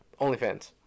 OnlyFans